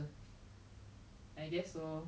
how much you have our parents actually like given us